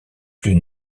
plus